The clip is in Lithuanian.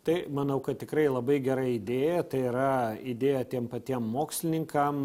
tai manau kad tikrai labai gera idėja tai yra idėja tiem patiem mokslininkam